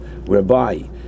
whereby